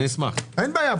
אין בעיה.